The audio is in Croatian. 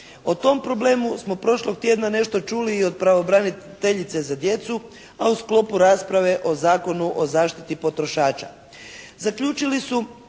O tom problemu smo prošlog tjedna nešto čuli i od pravobraniteljice za djecu a u sklopu rasprave o Zakonu o zaštiti potrošača. Zaključili su